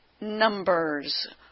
numbers